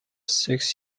six